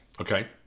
Okay